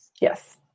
Yes